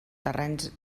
terrenys